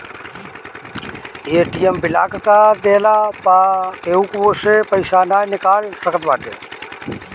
ATM block कअ देहला पअ केहू ओसे पईसा नाइ निकाल सकत बाटे